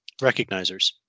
recognizers